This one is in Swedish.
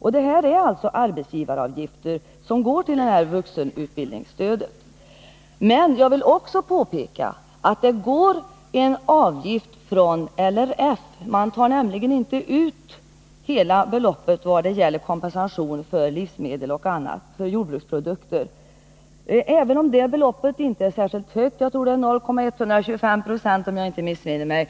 Och det är alltså arbetsgivaravgifter som går till det här vuxenstudiestödet. Men jag vill också påpeka att det tas ut en avgift från LRF. Man tar nämligen inte ut hela kompensationsbeloppet vad avser inom jordbruket producerade livsmedel. Även om procentsatsen inte är särskilt hög -— om jag inte missminner mig